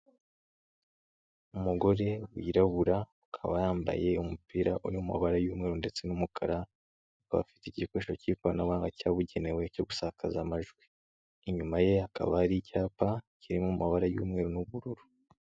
Umugore wirabura akaba yambaye umupira uri mu mabara y'umweru ndetse n'umukara akaba afite igikoresho cy'ikoranabuhanga cyabugenewe cyo gusakaza amajwi. Inyuma ye hakaba hari icyapa kiri mu mabara y'umweru n'ubururu.